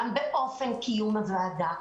הקלנו באופן קיום הוועדה.